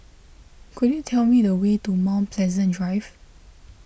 could you tell me the way to Mount Pleasant Drive